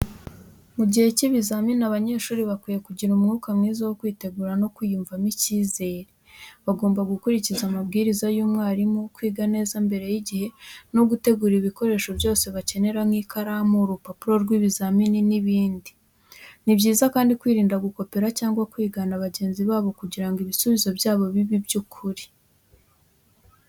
Mu gihe cy’ibizamini, abanyeshuri bakwiye kugira umwuka mwiza wo kwitegura no kwiyumvamo icyizere. Bagomba gukurikiza amabwiriza y’umwarimu, kwiga neza mbere y’igihe, no gutegura ibikoresho byose bakenera nk’ikaramu, urupapuro rw’ibizamini n’ibindi. Ni byiza kandi kwirinda gukopera cyangwa kwigana bagenzi babo kugira ngo ibisubizo byabo bibe iby’ukuri.